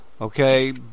okay